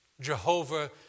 Jehovah